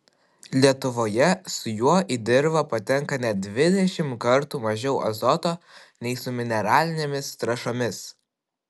lietuvoje su juo į dirvą patenka net dvidešimt kartų mažiau azoto nei su mineralinėmis trąšomis